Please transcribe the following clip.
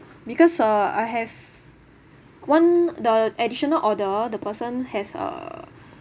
because uh I have one the additional order the person has uh